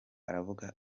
aravuga